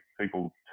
people